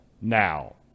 now